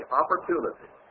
opportunity